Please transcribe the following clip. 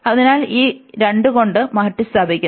അതിനാൽ ഇത് 2 കൊണ്ട് മാറ്റിസ്ഥാപിക്കുന്നു